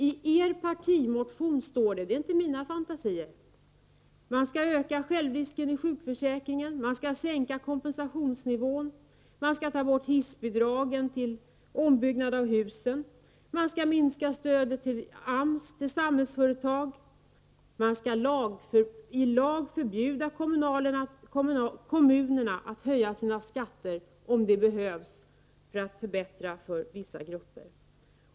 I er partimotion står det — det är inte mina fantasier — att man skall öka självrisken i sjukförsäkringen, att man skall sänka kompensationsnivån, att man skall ta bort hissbidragen till ombyggnad av hus, att man skall minska stödet till AMS och till Samhällsföretag och att man skall i lag förbjuda kommunerna att höja sina skatter om det behövs för att förbättra för vissa grupper.